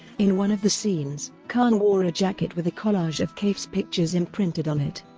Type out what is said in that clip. in one of the scenes, khan wore a jacket with a collage of kaif's pictures imprinted on it.